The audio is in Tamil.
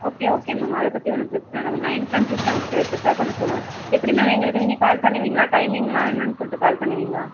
ஓகே ஓகே மேம் அதை பற்றி ஒன்றும் பிரச்சனை இல்லை மேம் நான் என்ட்ரன்ஸ் எக்ஸாம்க்கு ப்ரிப்பேர் பண்ண சொல்லுறேன் மேம் எப்படி மேம் எங்களுக்கு நீங்கள் கால் பண்ணுவிங்களா டைமிங் எல்லாம் என்னன்னு சொல்லிட்டு கால் பண்ணுவிங்களா